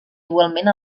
igualment